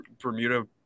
Bermuda